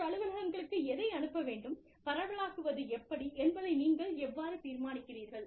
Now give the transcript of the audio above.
உள்ளூர் அலுவலகங்களுக்கு எதை அனுப்ப வேண்டும் பரவலாக்குவது எப்படி என்பதை நீங்கள் எவ்வாறு தீர்மானிக்கிறீர்கள்